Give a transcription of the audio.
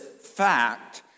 fact